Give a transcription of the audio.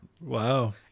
Wow